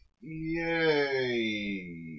Yay